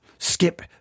skip